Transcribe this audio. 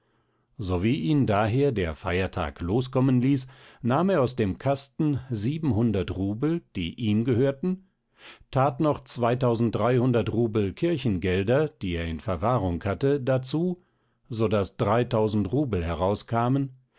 sowie ihn daher der feiertag loskommen ließ nahm er aus dem kasten siebenhundert rubel die ihm gehörten tat noch zweitausenddreihundert rubel kirchengelder die er in verwahrung hatte dazu so daß dreitausend rubel herauskamen